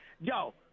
yo